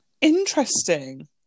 Interesting